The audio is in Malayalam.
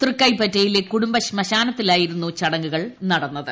തൃക്കൈപ്പറ്റയിലെ കുടംബ ശ്മശാനനത്തിലായിരുന്നു ചടങ്ങുകൾ നടന്നത്